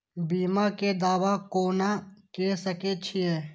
बीमा के दावा कोना के सके छिऐ?